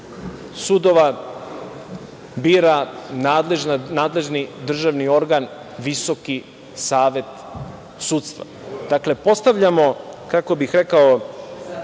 sudova bira nadležni državni organ, Visoki savet sudstva. Dakle, postavljamo, kako bih rekao,